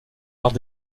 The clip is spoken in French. arts